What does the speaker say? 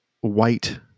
white